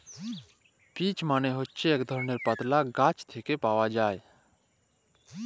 peach মালে হছে ইক ধরলের পাতলা গাহাচ থ্যাকে পাউয়া যায়